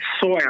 soil